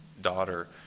daughter